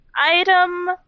item